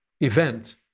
event